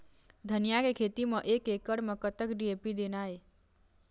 धनिया के खेती म एक एकड़ म कतक डी.ए.पी देना ये?